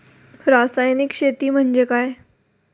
रासायनिक शेती म्हणजे काय?